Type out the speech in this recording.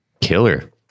Killer